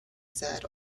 said